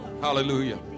Hallelujah